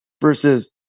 versus